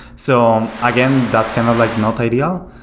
so again, that's kind of like not ideal.